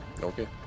Okay